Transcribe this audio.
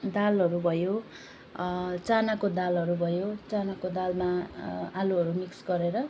दालहरू भयो चानाको दालहरू भयो चानाको दालमा आलुहरू मिक्स गरेर